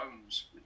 homes